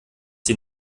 sie